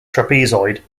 trapezoid